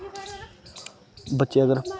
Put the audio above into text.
बच्चे अगर